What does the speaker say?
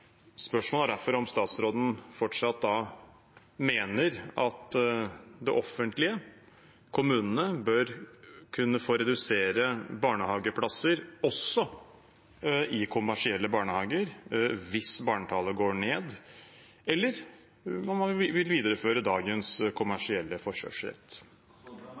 Spørsmålet er derfor om statsråden fortsatt mener at det offentlige, kommunene bør kunne få redusere antall barnehageplasser også i kommersielle barnehager hvis barnetallet går ned, eller om man vil videreføre dagens kommersielle forkjørsrett.